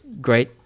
great